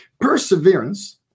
Perseverance